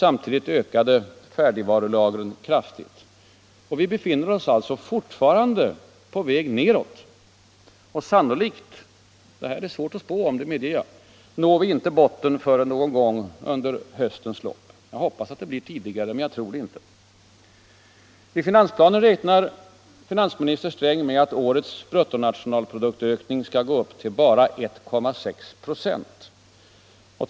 Samtidigt ökade färdigvarulagren kraftigt. Och vi befinner oss fortfarande på väg nedåt. Sannolikt —- även om det här är svårt att spå om, det medger jag — når vi inte botten förrän någon gång under höstens lopp. Jag hoppas att det blir tidigare, men jag tror det inte. I finansplanen räknar finansminister Sträng med att årets bruttonationalproduktökning skall uppgå till bara 1,6 96.